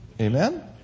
Amen